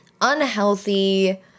unhealthy